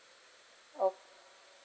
okay